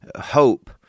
hope